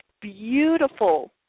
beautiful